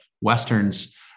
Westerns